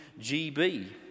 GB